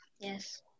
Yes